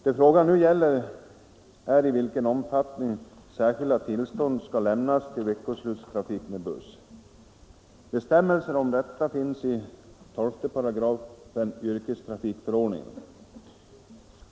Det frågan nu gäller är i vilken omfattning särskilt tillstånd skall lämnas till veckoslutstrafik med buss. Bestämmelser om detta finns i 128 yrkestrafikförordningen.